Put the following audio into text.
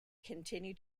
continue